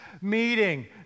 Meeting